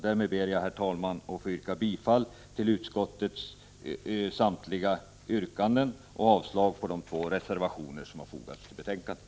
Därmed ber jag, herr talman, att få yrka bifall till utskottets samtliga yrkanden och avslag på de två reservationer som fogats till betänkandet.